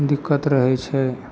दिक्कत रहय छै